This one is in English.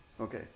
Okay